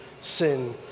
sin